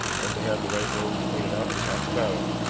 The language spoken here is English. and to have the right road pointed out is half the battle.